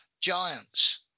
giants